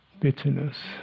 bitterness